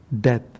death